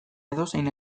edozein